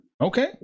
Okay